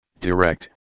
direct